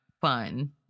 fun